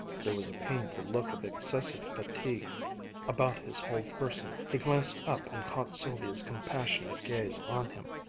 there was a painful look of excessive fatigue about his whole person. he glanced up and caught sylvia's compassionate gaze on him.